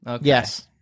Yes